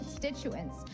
constituents